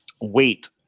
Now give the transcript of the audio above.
weight